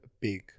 big